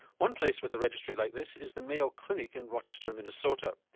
one place with a registry like this is the mayo clinic in rochester, minnesota.